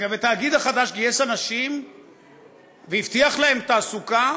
גם התאגיד החדש גייס אנשים והבטיח להם תעסוקה,